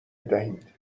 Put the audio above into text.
دهید